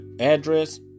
address